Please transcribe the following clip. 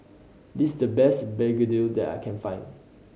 this the best begedil that I can find